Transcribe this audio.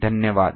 धन्यवाद